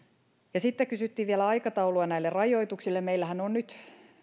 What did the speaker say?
sitten kysyttiin vielä aikataulua näille rajoituksille meillähän on nyt